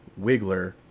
Wiggler